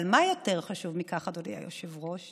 אבל מה יותר חשוב מכך, אדוני היושב-ראש?